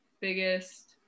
biggest